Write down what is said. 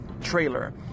trailer